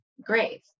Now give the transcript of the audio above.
grave